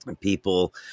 people